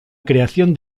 creación